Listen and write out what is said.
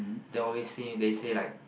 they'll always say they say like